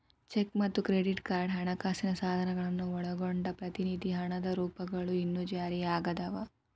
check ಮತ್ತ credit card ಹಣಕಾಸಿನ ಸಾಧನಗಳನ್ನ ಒಳಗೊಂಡಂಗ ಪ್ರತಿನಿಧಿ ಹಣದ ರೂಪಗಳು ಇನ್ನೂ ಜಾರಿಯಾಗದವ